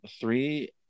three